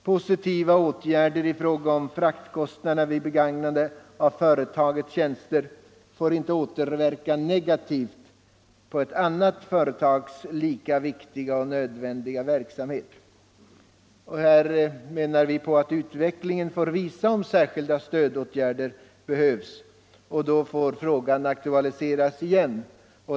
Positiva åtgärder i fråga om fraktkostnaderna vid begagnande av ett företags tjänster får inte återverka negativt på ett annat företags lika viktiga och nödvändiga verksamhet. Vi anser att utvecklingen får visa om särskilda stödåtgärder behövs, och då får frågan aktualiseras igen.